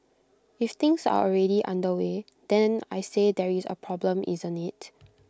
if things are already underway then I say there is A problem isn't IT